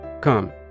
Come